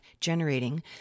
generating